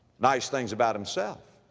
nice things about himself.